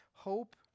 Hope